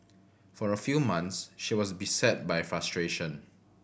for a few months she was beset by frustration